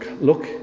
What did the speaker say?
look